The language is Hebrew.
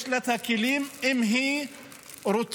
את הכלים אם היא רוצה.